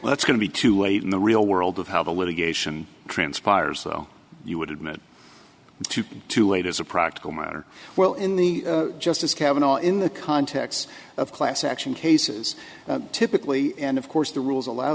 it's going to be too late in the real world of how the litigation transpires so you would admit to too late as a practical matter well in the justice kavanagh in the context of class action cases typically and of course the rules allow